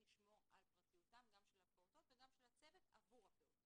נשמור על פרטיותם גם של הפעוטות וגם של הצוות עבור הפעוטות.